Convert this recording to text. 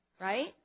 Right